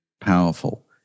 powerful